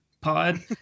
pod